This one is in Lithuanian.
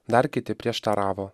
dar kiti prieštaravo